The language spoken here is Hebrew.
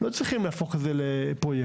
לא צריכים להפוך את זה לפרויקט.